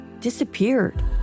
disappeared